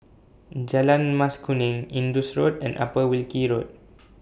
Jalan Mas Kuning Indus Road and Upper Wilkie Road